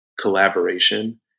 collaboration